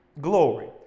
Glory